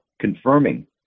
confirming